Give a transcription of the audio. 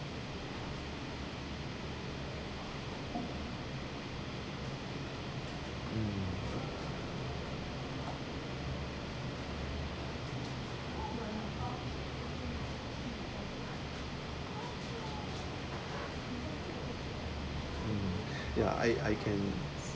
mm ya I I can